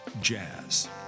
jazz